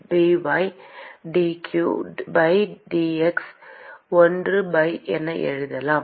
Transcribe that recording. dq by dx 1 by என எழுதலாம்